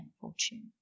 Fortune